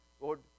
Lord